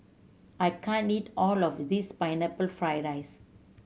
I can't eat all of this Pineapple Fried rice